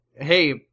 hey